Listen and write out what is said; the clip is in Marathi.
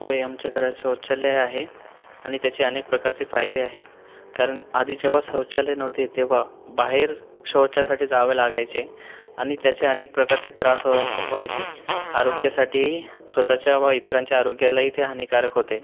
होय आमच्या घरात सौचालय आहे आनि त्याचे अनेक प्रकारचे फायदे आहेत कारन आधी जेव्हा सौचालय नव्हते तेव्हा बाहेर शौचासाठी जावे लागायचे आनि त्याचे अनेक प्रकारचे त्रास हो व्हायचे आरोग्यासाठी स्वतःच्या व इतरांच्या आरोग्यालाही ते हानिकारक होते